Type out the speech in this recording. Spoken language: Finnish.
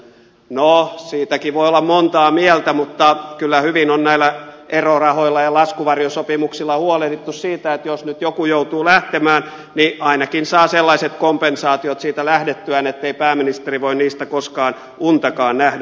no siitäkin voi olla montaa mieltä mutta kyllä hyvin on näillä erorahoilla ja laskuvarjosopimuksilla huolehdittu siitä että jos nyt joku joutuu lähtemään niin ainakin saa sellaiset kompensaatiot siitä lähdettyään ettei pääministeri voi niistä koskaan untakaan nähdä